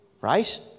right